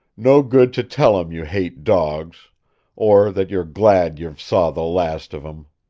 no good to tell him you hate dogs or that you're glad you've saw the last of him.